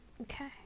Okay